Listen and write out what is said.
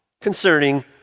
concerning